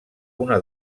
una